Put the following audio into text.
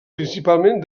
principalment